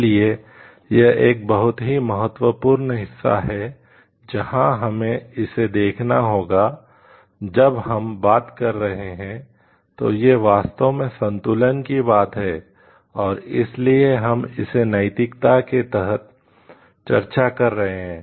इसलिए यह एक बहुत ही महत्वपूर्ण हिस्सा है जहाँ हमें इसे देखना होगा जब हम बात कर रहे हैं तो यह वास्तव में संतुलन की बात है और इसीलिए हम इसे नैतिकता के तहत चर्चा कर रहे हैं